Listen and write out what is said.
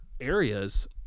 areas